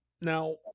now